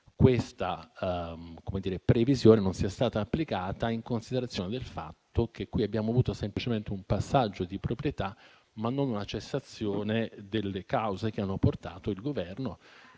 tale previsione non sia stata applicata. E lo chiedevamo in considerazione del fatto che qui abbiamo avuto semplicemente un passaggio di proprietà, ma non una cessazione delle cause che hanno portato il Governo